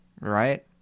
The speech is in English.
Right